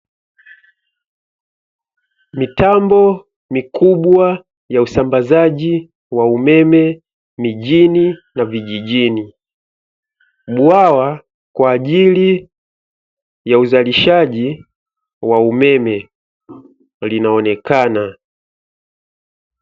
Mitambo mikubwa ya usambazaji wa umeme mjini na vijijini bwawa kwa ajili ya uzalishaji wa umeme linaonekana.